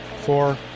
four